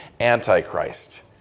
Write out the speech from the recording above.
Antichrist